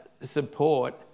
support